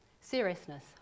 seriousness